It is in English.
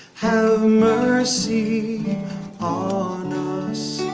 have mercy on us.